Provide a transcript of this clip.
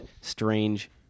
Strange